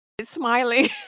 smiling